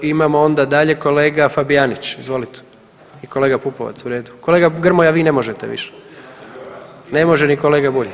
Imamo onda dalje kolega Fabijanić, izvolite i kolega Pupovac, kolega Grmoja vi ne možete više, ne može ni kolega Bulj.